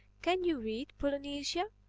can you read, polynesia?